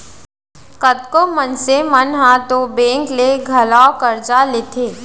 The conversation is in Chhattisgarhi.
कतको मनसे मन ह तो बेंक ले घलौ करजा लेथें